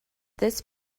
this